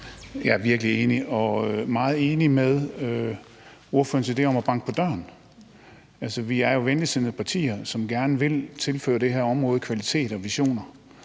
Jeg er virkelig enig, og jeg er meget enig i ordførerens idé om at banke på døren. Altså, vi er jo venligsindede partier, som gerne vil tilføre det her område kvalitet og visioner.